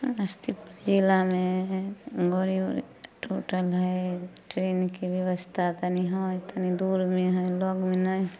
समस्तीपुर जिलामे गड़ी उड़ी टुटल है ट्रेनके ब्यवस्था तनी है तनी दूरमे है लगमे नहि है